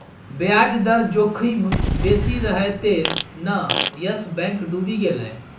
ब्याज दर जोखिम बेसी रहय तें न यस बैंक डुबि गेलै